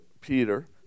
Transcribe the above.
Peter